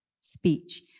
speech